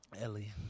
Ellie